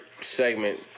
segment